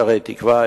שערי-תקווה,